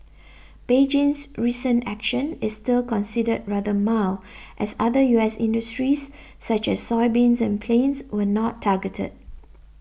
Beijing's recent action is still considered rather mild as other U S industries such as soybeans and planes were not targeted